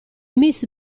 miss